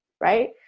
right